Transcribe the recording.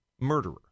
murderer